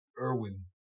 Irwin